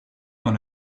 dans